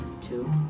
Two